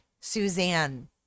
Suzanne